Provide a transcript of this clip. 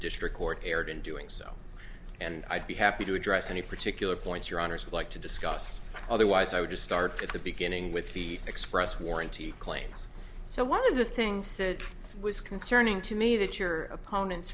district court erred in doing so and i'd be happy to address any particular points your honour's would like to discuss otherwise i would just start at the beginning with the express warranty claims so one of the things that was concerning to me that your opponent